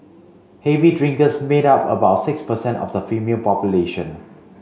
heavy drinkers made up about six percent of the female population